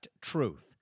Truth